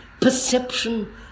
perception